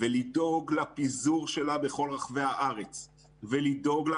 לדאוג לפיזור שלה בכל רחבי הארץ ולדאוג גם